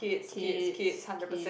kids kid